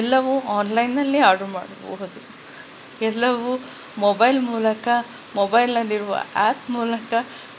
ಎಲ್ಲವೂ ಆನ್ಲೈನ್ನಲ್ಲೇ ಆರ್ಡ್ರು ಮಾಡಬಹುದು ಎಲ್ಲವೂ ಮೊಬೈಲ್ ಮೂಲಕ ಮೊಬೈಲ್ನಲ್ಲಿರುವ ಆ್ಯಪ್ ಮೂಲಕ